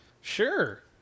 Sure